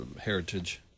heritage